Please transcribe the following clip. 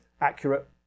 accurate